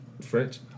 French